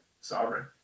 Sovereign